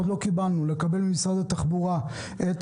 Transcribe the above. עוד לא קיבלנו לקבל ממשרד התחבורה את